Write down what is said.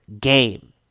game